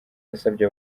yasabye